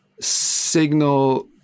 signal